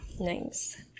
Nice